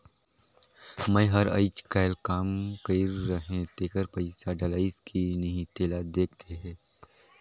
मै हर अईचकायल काम कइर रहें तेकर पइसा डलाईस कि नहीं तेला देख देहे?